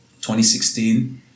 2016